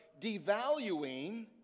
devaluing